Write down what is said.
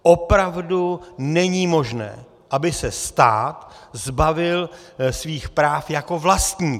Opravdu není možné, aby se stát zbavil svých práv jako vlastník.